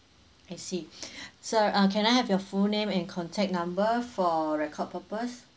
I see sir err can I have your full name and contact number for our record purpose